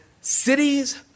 cities